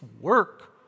work